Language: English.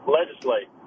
legislate